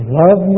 love